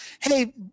hey